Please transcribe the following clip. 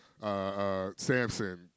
Samson